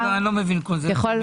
מוכר.